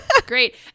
great